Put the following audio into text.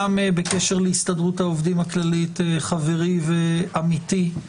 גם בקשר להסתדרות העובדים הכללית, חברי ועמיתי,